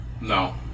No